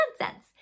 nonsense